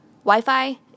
Wi-Fi